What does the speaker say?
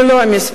זה לא המספר.